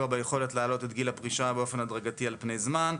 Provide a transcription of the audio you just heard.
ביכולת להעלות את גיל הפרישה באופן הדרגתי על פני זמן,